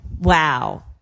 wow